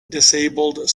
disabled